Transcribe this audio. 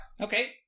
Okay